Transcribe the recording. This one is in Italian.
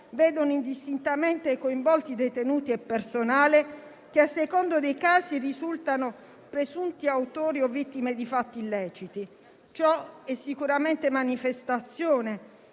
vedono indistintamente coinvolti detenuti e personale, che a seconda dei casi risultano presunti autori o vittime di fatti illeciti. Ciò è sicuramente manifestazione